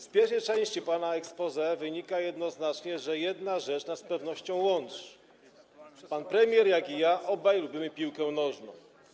Z pierwszej części pana exposé wynika jednoznacznie, że jedna rzecz nas z pewnością łączy: pan premier i ja, obaj lubimy piłkę nożną.